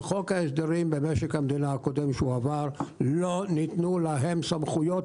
בחוק ההסדרים הקודם שהועבר לא ניתנו להם סמכויות.